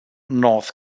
north